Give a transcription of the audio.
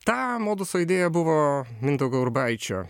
tą moduso idėja buvo mindaugo urbaičio